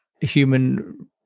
human